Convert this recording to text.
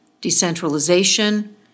decentralization